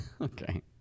Okay